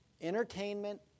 entertainment